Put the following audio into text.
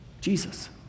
Jesus